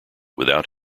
without